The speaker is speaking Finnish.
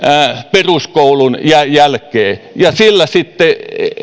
peruskoulun jälkeen